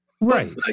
right